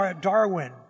Darwin